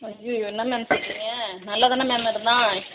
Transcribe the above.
ஐயய்யோ என்ன மேம் சொல்கிறீங்க நல்லா தானே மேம் இருந்தான்